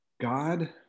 God